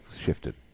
shifted